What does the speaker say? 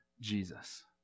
Jesus